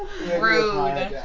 Rude